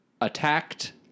attacked